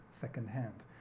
secondhand